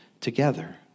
together